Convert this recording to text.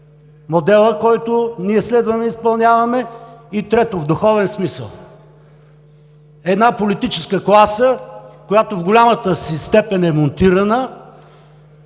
моделът, който ние следваме и изпълняваме; и, трето, в духовен смисъл. Една политическа класа, която в голямата си степен е монтирана,